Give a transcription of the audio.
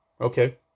Okay